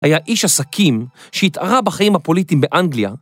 היה איש עסקים שהתערה בחיים הפוליטיים באנגליה.